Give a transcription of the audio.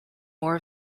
more